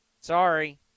Sorry